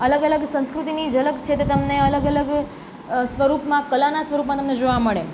અલગ અલગ સંસ્કૃતિની ઝલક છે તે તમને અલગ અલગ સ્વરૂપમાં કલાના સ્વરૂપમાં તમને જોવા મળે